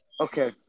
Okay